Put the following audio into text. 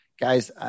guys